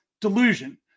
delusion